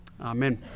Amen